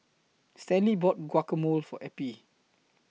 Stanley bought Guacamole For Eppie